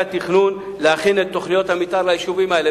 התכנון להכין את תוכניות המיתאר ליישובים האלה.